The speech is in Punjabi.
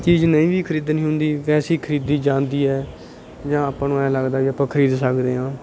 ਚੀਜ਼ ਨਹੀਂ ਵੀ ਖਰੀਦਣੀ ਹੁੰਦੀ ਵੈਸੇ ਹੀ ਖਰੀਦੀ ਜਾਂਦੀ ਹੈ ਜਾਂ ਆਪਾਂ ਨੂੰ ਇਹ ਲੱਗਦਾ ਵੀ ਆਪਾਂ ਖਰੀਦ ਸਕਦੇ ਹਾਂ